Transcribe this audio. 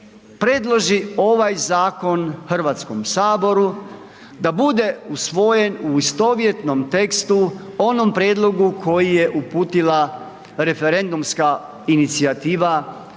predloži ovaj zakon HS, da bude usvojen u istovjetnom tekstu onom prijedlogu koji je uputila referendumska inicijativa građanima